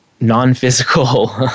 non-physical